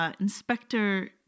Inspector